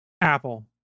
Apple